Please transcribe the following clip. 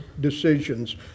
decisions